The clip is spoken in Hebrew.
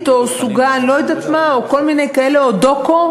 או סוגה לא יודעת מה או כל מיני כאלה או דוקו.